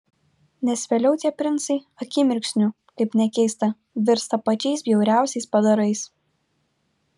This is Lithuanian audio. nes vėliau tie princai akimirksniu kaip nekeista virsta pačiais bjauriausiais padarais